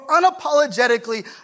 unapologetically